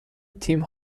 تیم